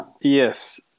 Yes